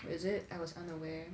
is it I was unaware